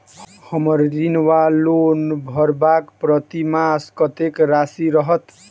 हम्मर ऋण वा लोन भरबाक प्रतिमास कत्तेक राशि रहत?